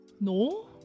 No